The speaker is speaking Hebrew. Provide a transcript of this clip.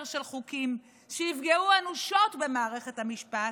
של חוקים שיפגעו אנושות במערכת המשפט,